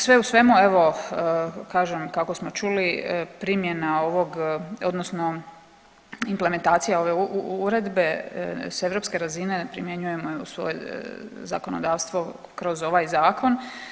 Sve u svemu evo kažem kako smo čuli primjena ovog odnosno implementacija ove uredbe s europske razine primjenjujemo u svoje zakonodavstvo kroz ovaj zakon.